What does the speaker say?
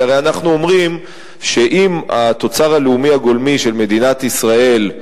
כי הרי אנחנו אומרים שאם התוצר הלאומי הגולמי של מדינת ישראל,